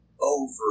over